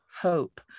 hope